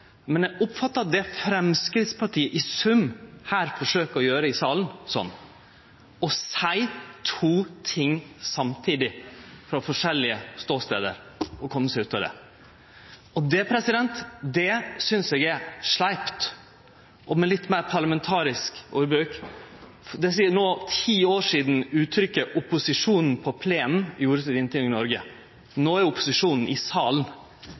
men eg oppfattar det Framstegspartiet i sum her forsøker å gjere i salen, slik. Nemleg å seie to ting samtidig frå forskjellige ståstader, og kome seg ut av det. Det synest eg er sleipt. Med eit litt meir parlamentarisk ordbruk – sidan det no er ti år sidan uttrykket «opposisjonen på plenen» gjorde sitt inntog i Noreg – no har vi «opposisjonen i salen».